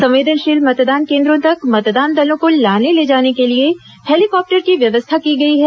संवेदनशील मतदान केन्द्रों तक मतदान दलों को लाने ले जाने के लिए हॅलीकॉप्टर की व्यवस्था की गई है